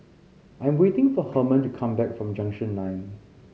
I'm waiting for Hermon to come back from Junction Nine